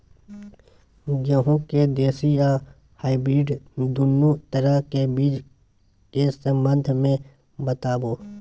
गेहूँ के देसी आ हाइब्रिड दुनू तरह के बीज के संबंध मे बताबू?